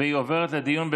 והיא עוברת לדיון,